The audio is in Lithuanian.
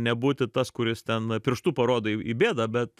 nebūti tas kuris ten pirštu parodo į bėdą bet